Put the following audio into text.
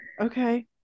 okay